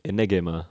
என்ன:enna game ah